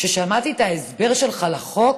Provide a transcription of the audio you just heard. כששמעתי את ההסבר שלך לחוק,